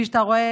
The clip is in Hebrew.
כפי שאתה רואה,